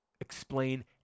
explain